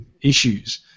issues